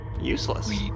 Useless